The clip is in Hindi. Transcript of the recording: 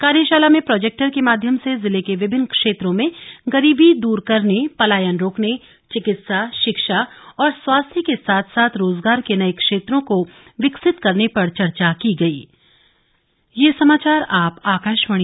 कार्यशाला में प्रोजेक्टर के माध्यम से जिले के विभिन्न क्षेत्रों में गरीबी दूर करने पलायन रोकने चिकित्सा शिक्षा और स्वास्थ्य के साथ साथ रोजगार के नये क्षेत्रों को विकसित करने पर चर्चा की गयी